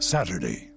Saturday